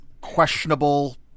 questionable